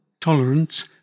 tolerance